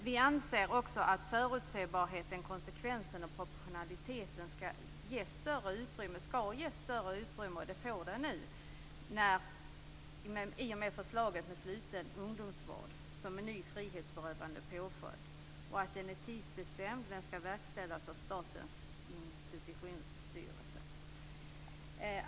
Vi anser också att förutsägbarheten, konsekvensen och proportionaliteten skall ges större utrymme. Det får de nu i och med förslaget om sluten ungdomsvård som en ny frihetsberövande påföljd. Påföljden är tidsbestämd och skall verkställas av Statens institutionsstyrelse.